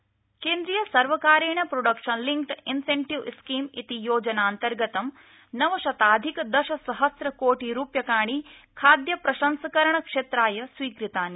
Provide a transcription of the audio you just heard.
कंबिनेट PLI केन्द्रीयसर्वकारेण production link incentive scheme इति योजनान्तर्गतं नवशताधिक दशसहस्रकोटि रूप्यकाणि खाद्यप्रसंस्करणक्षेत्राय स्वीकृतानि